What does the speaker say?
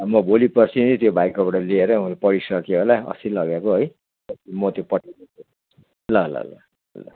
म भोलि पर्सि नै त्यो भाइकोबाट लिएर उसले पढिसक्यो होला अस्ति लगेको है म त्यो पठाइदिन्छु नि ल ल ल ल ल